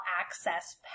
access